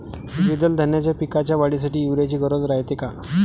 द्विदल धान्याच्या पिकाच्या वाढीसाठी यूरिया ची गरज रायते का?